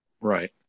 Right